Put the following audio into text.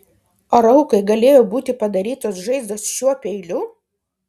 ar aukai galėjo būti padarytos žaizdos šiuo peiliu